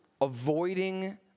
avoiding